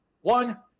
One